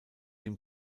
dem